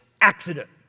accident